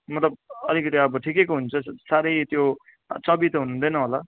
मतलब अलिकति अब ठिकैको हुन्छ साह्रै त्यो चबी त हुनुहुँदैन होला